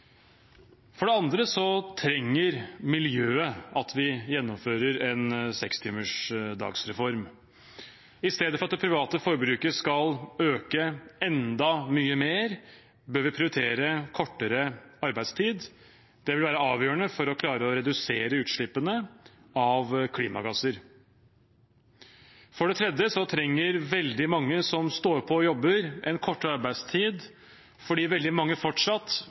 For det andre trenger miljøet at vi gjennomfører en sekstimersdagsreform. I stedet for at det private forbruket skal øke enda mye mer, bør vi prioritere kortere arbeidstid. Det vil være avgjørende for å klare å redusere utslippene av klimagasser. For det tredje trenger veldig mange som står på og jobber, en kortere arbeidstid, fordi veldig mange fortsatt